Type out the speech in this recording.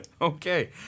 Okay